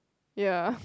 ya